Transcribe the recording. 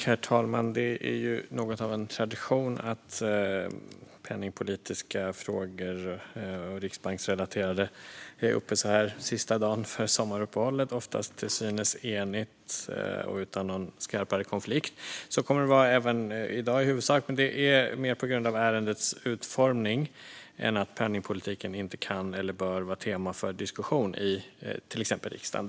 Herr talman! Det är något av en tradition att penningpolitiska och riksbanksrelaterade frågor är uppe för debatt dagen före sommaruppehållet inleds. Det är oftast ett till synes enigt utskott utan skarpare konflikter. Så kommer det i huvudsak att vara även i dag. Det beror mer på ärendets utformning än att penningpolitiken inte kan eller bör vara tema för diskussion i till exempel riksdagen.